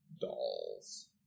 dolls